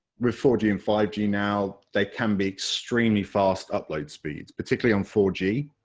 with four g and five g now, they can be extremely fast upload speeds, particularly on four g.